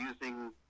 using